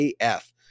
AF